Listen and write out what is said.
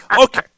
okay